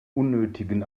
unnötigen